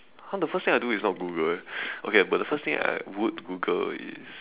!huh! the first thing I do is not Google eh okay but the first thing I would Google is